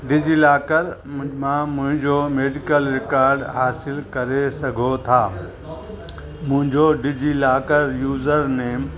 डिज़ीलाकर मां मुहिंजो medical record हासिलु करे सघो था मुंहिंजो डिज़ीलाकर यूज़र नेम